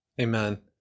Amen